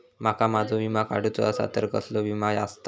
माका माझो विमा काडुचो असा तर कसलो विमा आस्ता?